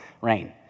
rain